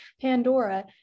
pandora